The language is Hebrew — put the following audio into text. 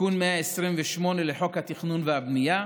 תיקון 128 לחוק התכנון והבנייה,